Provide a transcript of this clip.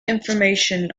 information